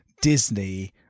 Disney